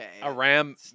Aram